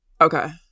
Okay